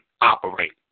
operate